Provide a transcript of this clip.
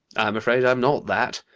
i'm afraid i'm not that.